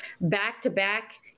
back-to-back